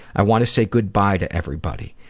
i want to say goodbye to everybody.